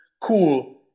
cool